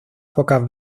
pocas